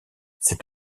cet